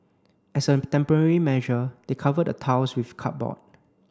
as a temporary measure they covered the tiles with cardboard